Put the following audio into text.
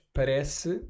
parece